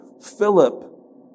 Philip